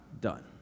done